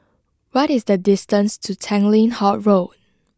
what is the distance to Tanglin Halt Road